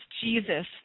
Jesus